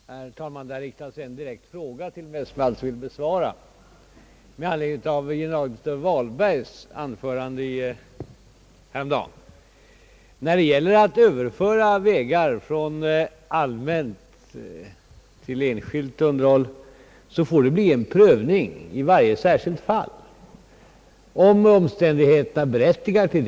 Herr talman! Det har till mig riktats en direkt fråga som jag vill besvara med anledning av generaldirektör Vahlbergs anförande häromdagen. När det gäller att överföra vägar från allmänt till enskilt underhåll, får detta prövas i varje särskilt fall, om omständigheterna berättigar därtill.